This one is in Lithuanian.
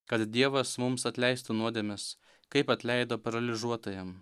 kad dievas mums atleistų nuodėmes kaip atleido paralyžiuotajam